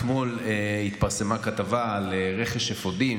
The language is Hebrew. אתמול התפרסמה כתבה על רכש אפודים,